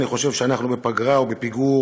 אני חושב שאנחנו בפגרה ובפיגור